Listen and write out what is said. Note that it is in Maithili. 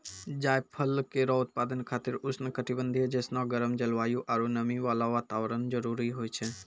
जायफल केरो उत्पादन खातिर उष्ण कटिबंधीय जैसनो गरम जलवायु आरु नमी वाला वातावरण जरूरी होय छै